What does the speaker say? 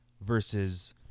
versus